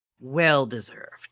well-deserved